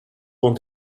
want